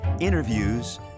interviews